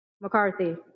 McCarthy